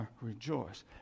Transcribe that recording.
rejoice